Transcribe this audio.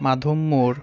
মাধব মোড়